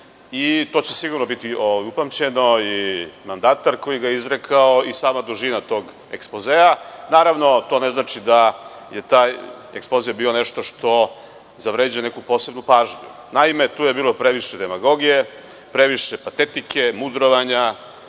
i to će sigurno biti upamćeno i mandatar koji ga je izrekao i sama dužina tog ekspozea. Naravno, to ne znači da je taj ekspoze bio nešto što zavređuje neku posebnu pažnju. Naime, tu je bilo previše demagogije, previše patetike, mudrovanja,